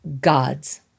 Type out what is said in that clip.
God's